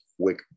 quick